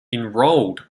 enrolled